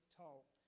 talk